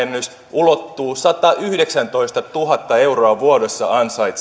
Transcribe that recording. ulottuu satayhdeksäntoistatuhatta euroa vuodessa ansaitseviin